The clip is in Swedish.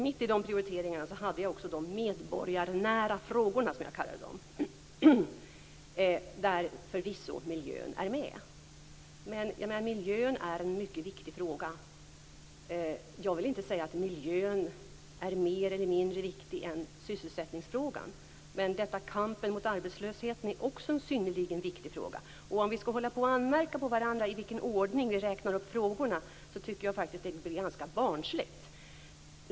Mitt i dessa prioriteringar tog jag också upp de medborgarnära frågorna, som jag kallade dem, där förvisso miljön ingår. Miljön är en mycket viktig fråga. Jag vill inte säga att miljön är mer eller mindre viktig än sysselsättningsfrågan, men kampen mot arbetslösheten är också en synnerligen viktig fråga. Om vi skall anmärka på varandra när det gäller i vilken ordning vi räknar upp frågorna, tycker jag faktiskt att det blir ganska barnsligt.